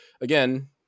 again